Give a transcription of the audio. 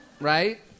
Right